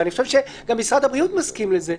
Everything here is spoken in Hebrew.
אני חושב שגם משרד הבריאות מסכים לזה.